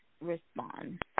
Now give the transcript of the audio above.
respond